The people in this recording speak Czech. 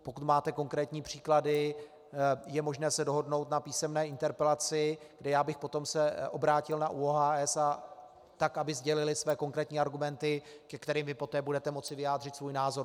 Pokud máte konkrétní příklady, je možné se dohodnout na písemné interpelaci, kde já bych se potom obrátil na ÚOHS, tak aby sdělili své konkrétní argumenty, ke kterým vy poté budete moci vyjádřit svůj názor.